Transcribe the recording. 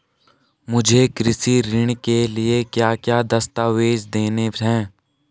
मुझे कृषि ऋण के लिए क्या क्या दस्तावेज़ देने हैं?